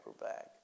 bag